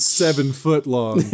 seven-foot-long